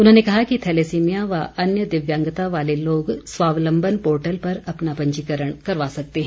उन्होंने कहा कि थैलेसीमिया व अन्य दिव्यांगता वाले लोग स्वावलम्बन पोर्टल पर अपना पंजीकरण करवा सकते हैं